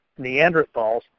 Neanderthals